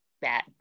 bad